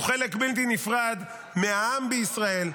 הם חלק בלתי נפרד מהעם בישראל.